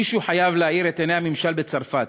מישהו חייב להאיר את עיני הממשל בצרפת,